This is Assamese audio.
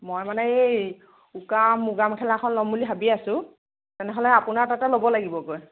মই মানে এই উকা মুগা মেখেলা এখন লম বুলি ভাবি আছোঁ তেনেহ'লে আপোনাৰ তাতে ল'ব লাগিব গৈ